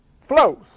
flows